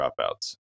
dropouts